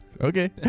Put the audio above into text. Okay